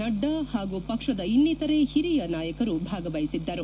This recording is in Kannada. ನಡ್ಡಾ ಹಾಗೂ ಪಕ್ಷದ ಇನ್ನಿತರೆ ಹಿರಿಯ ನಾಯಕರು ಭಾಗವಹಿಸಿದ್ದರು